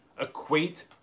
equate